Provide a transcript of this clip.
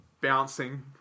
Bouncing